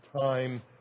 time